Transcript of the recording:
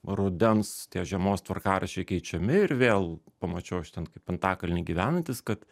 rudens tie žiemos tvarkaraščiai keičiami ir vėl pamačiau aš ten kaip antakalny gyvenantis kad